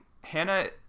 Hannah